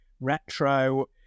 retro